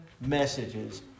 messages